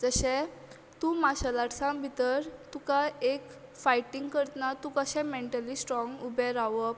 तशें तूं मार्शेल आर्टसान भितर तुका एक फायटींग करतना तूं मेंटली कशें स्ट्रोंग उबें रावप